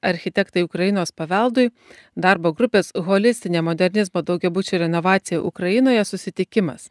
architektai ukrainos paveldui darbo grupės holistinė modernizmo daugiabučių renovacija ukrainoje susitikimas